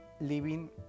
living